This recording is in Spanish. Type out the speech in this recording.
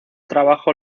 trabajo